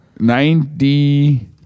ninety